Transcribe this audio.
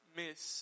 miss